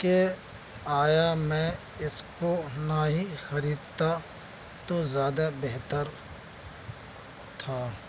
کہ آیا میں اس کو نہ ہی خریدتا تو زیادہ بہتر تھا